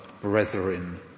brethren